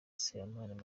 sebanani